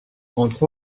entre